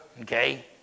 Okay